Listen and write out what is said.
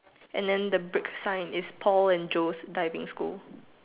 and the the brick sign is Paul and Joe's diving school